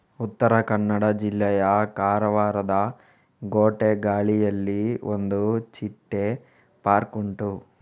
ಉತ್ತರ ಕನ್ನಡ ಜಿಲ್ಲೆಯ ಕಾರವಾರದ ಗೋಟೆಗಾಳಿಯಲ್ಲಿ ಒಂದು ಚಿಟ್ಟೆ ಪಾರ್ಕ್ ಉಂಟು